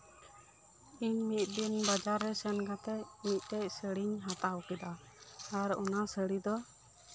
ᱤᱧ ᱢᱤᱫ ᱫᱤᱱ ᱵᱟᱡᱟᱨ ᱨᱮ ᱥᱮᱱ ᱠᱟᱛᱮᱫ ᱢᱤᱫᱴᱮᱱ ᱥᱟᱹᱲᱤᱧ ᱦᱟᱛᱟᱣ ᱠᱮᱫᱟ ᱟᱨ ᱚᱱᱟ ᱥᱟᱹᱲᱤ ᱫᱚ